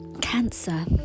Cancer